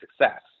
success